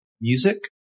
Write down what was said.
music